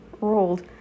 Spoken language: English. rolled